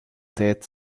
tijd